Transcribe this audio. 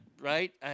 Right